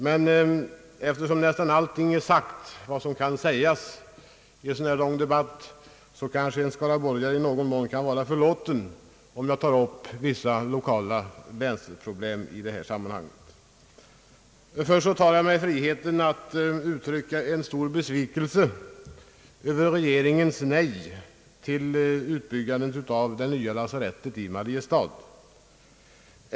Men eftersom nästan allting är sagt som kan sägas i en sådan här lång debatt, kanske en skaraborgare kan i någon mån vara förlåten om han tar upp vissa lokala problem i detta sammanhang. Först tar jag mig friheten att uttrycka en stor besvikelse över regeringens nej till utbyggnaden av det nya lasarettet i Mariestad.